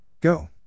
Go